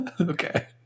Okay